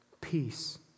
peace